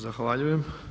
Zahvaljujem.